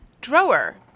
drawer